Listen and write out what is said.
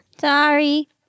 Sorry